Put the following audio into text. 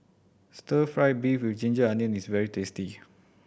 stir fried beef with ginger onions is very tasty